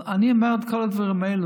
אני אומר את כל הדברים האלה